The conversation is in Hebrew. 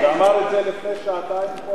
הוא אמר את זה לפני שעתיים פה על הדוכן.